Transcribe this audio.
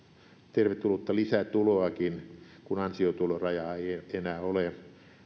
tervetullutta lisätuloakin kun ansiotulorajaa ei enää ole